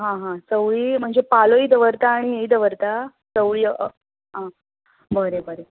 आ हा चवळी म्हणजे पालोय दवरता आनी ही दवरता चवळी आ बरें बरें